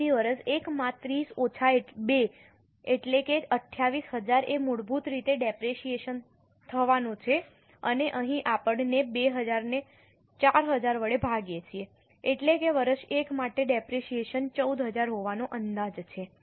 તેથી વર્ષ 1 માં 30 ઓછા 2 એટલે કે 28000 એ મૂળભૂત રીતે ડેપરેશીયેશન થવાનું છે અને અહીં આપણે 2000 ને 4000 વડે ભાગીએ છીએ એટલે કે વર્ષ 1 માટે ડેપરેશીયેશન 14000 હોવાનો અંદાજ છે